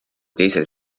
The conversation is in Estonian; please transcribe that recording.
teisel